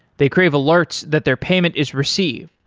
they crave alerts that their payment is received.